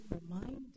remind